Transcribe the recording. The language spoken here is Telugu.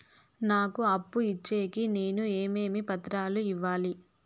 నాకు అప్పు ఇచ్చేకి నేను ఏమేమి పత్రాలు ఇవ్వాలి